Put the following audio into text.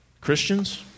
Christians